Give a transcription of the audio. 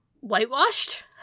Whitewashed